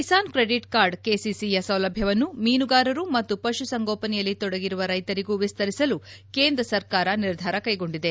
Kisan credit card ಕೆಸಿಸಿಯ ಸೌಲಭ್ಯವನ್ನು ಮೀನುಗಾರರು ಮತ್ತು ಪಶುಸಂಗೋಪನೆಯಲ್ಲಿ ತೊಡಗಿರುವ ರೈತರಿಗೂ ವಿಸ್ತರಿಸಲು ಕೇಂದ್ರ ಸರ್ಕಾರ ನಿರ್ಧಾರ ಕೈಗೊಂಡಿದೆ